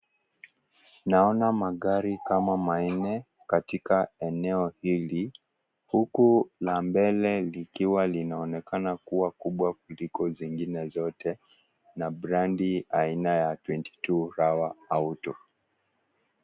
Naona magari kama manne katika eneo ili, huku lambele likiwa linaonekana kuwa kubwa kuliko zingine zote na brandi aina ya 22RAWA auto.